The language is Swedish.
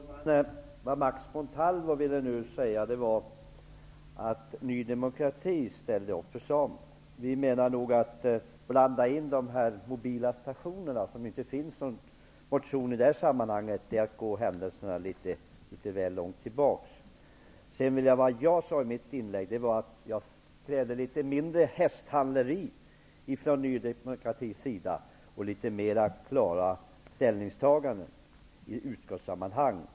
Herr talman! Max Montalvo ville nu säga att Ny demokrati ställde upp för samerna. Men vi menar att detta att blanda in de mobila stationerna, som inte finns med i någon motion i det här sammanhanget, är att gå litet långt tillbaka i händelseförloppet. Jag krävde i mitt inlägg litet mindre av hästhandlande från Ny demokratis sida och litet mera av klara ställningstaganden i utskottssammanhang.